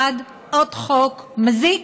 1. עוד חוק מזיק